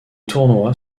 tournoi